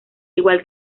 igual